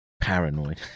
paranoid